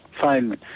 fine